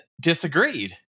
disagreed